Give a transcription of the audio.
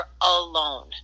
alone